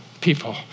people